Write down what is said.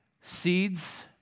seeds